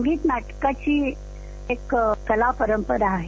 संगीत नाटकांची एक कला परंपरा आहे